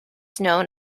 known